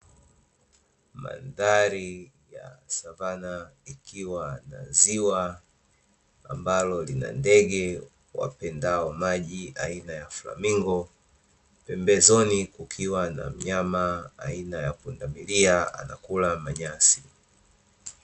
Mandhari ya kisavana ikiwa na ziwa ambalo lina ndege wapendao maji aina ya flamingo, pembezoni kukiwa na mnyama aina ya pundamilia anakula manyasi.